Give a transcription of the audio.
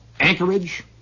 Anchorage